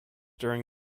during